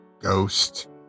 Ghost